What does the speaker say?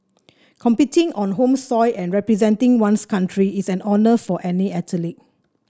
competing on home soil and representing one's country is an honour for any athlete